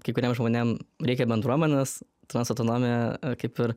kai kuriem žmonėm reikia bendruomenės trans autonomija kaip ir